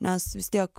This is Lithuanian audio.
nes vis tiek